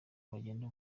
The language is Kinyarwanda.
bagenda